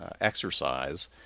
exercise